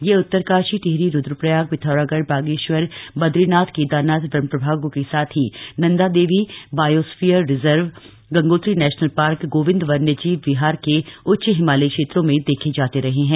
ये उत्तरकाशीए टिहरीए रुद्रप्रयागए िथौरागढ़ए बागेश्वरए बदरीनाथए केदारनाथ वन प्रभागों के साथ ही Nandadevi biosphere reserve Gangotri national park Govind वन्यजीव विहार के उच्च हिमालयी क्षेत्रों में देखे जाते रहे हैं